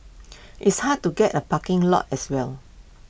it's hard to get A parking lot as well